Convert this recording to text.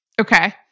Okay